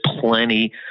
plenty